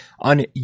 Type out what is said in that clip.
on